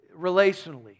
relationally